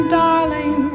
darling